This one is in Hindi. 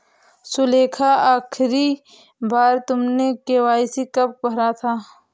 सुलेखा, आखिरी बार तुमने के.वाई.सी कब भरा था?